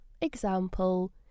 Example